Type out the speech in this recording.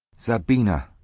zabina,